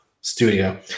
studio